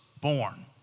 born